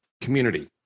community